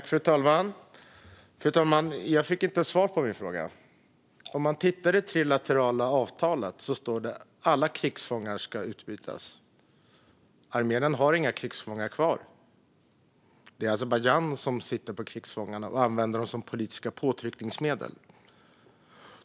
Fru talman! Jag fick inte svar på min fråga. Om man tittar på det trilaterala avtalet står det att alla krigsfångar ska utbytas. Armenien har inga krigsfångar kvar. Det är Azerbajdzjan som har krigsfångar och använder dem som politiska påtryckningsmedel.